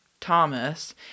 Thomas